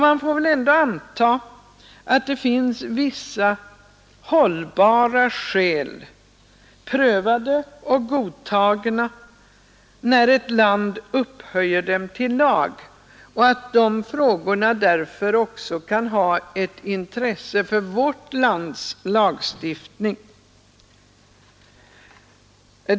Man får väl ändå anta att det finns vissa hållbara skäl, prövade och godtagna, när ett land upphöjer dem till lag och att de frågorna därför också kan ha ett intresse för vårt lands lagstiftning.